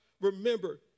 remember